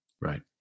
Right